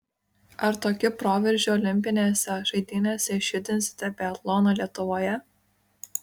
ar tokiu proveržiu olimpinėse žaidynėse išjudinsite biatloną lietuvoje